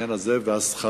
בעניין הזה והסכרים,